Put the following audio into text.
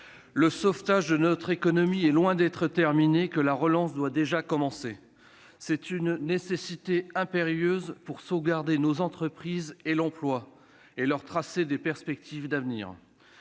le sauvetage de notre économie est loin d'être terminé que la relance doit déjà commencer. C'est une nécessité impérieuse pour sauvegarder nos entreprises et l'emploi, et tracer des perspectives d'avenir.